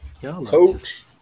coach